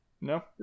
No